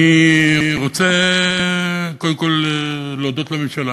אני רוצה קודם כול להודות לממשלה.